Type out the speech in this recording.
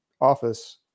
office